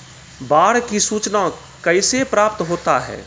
बाढ की सुचना कैसे प्राप्त होता हैं?